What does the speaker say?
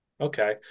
Okay